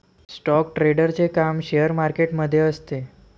stock ट्रेडरचे काम share market मध्ये असते